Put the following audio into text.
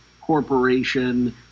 corporation